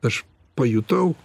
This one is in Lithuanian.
aš pajutau